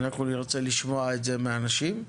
אנחנו נרצה לשמוע את זה מאנשים.